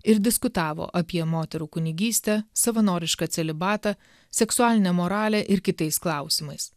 ir diskutavo apie moterų kunigystę savanorišką celibatą seksualinę moralę ir kitais klausimais